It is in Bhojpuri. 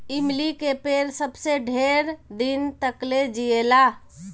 इमली के पेड़ सबसे ढेर दिन तकले जिएला